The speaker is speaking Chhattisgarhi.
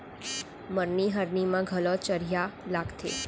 मरनी हरनी म घलौ चरिहा लागथे